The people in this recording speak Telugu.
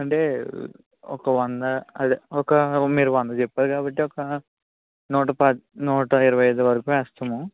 అంటే ఒక వంద అది ఒక మీరు వంద చెప్పారు కాబట్టి ఒక నూట పాతిక నూట ఇరవై అయిదు వరకు వేస్తున్నాము